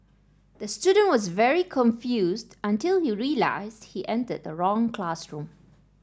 the student was very confused until he realised he entered the wrong classroom